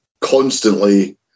constantly